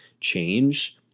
change